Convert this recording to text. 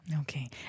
Okay